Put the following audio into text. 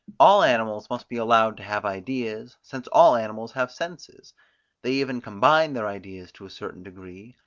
all animals must be allowed to have ideas, since all animals have senses they even combine their ideas to a certain degree,